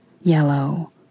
yellow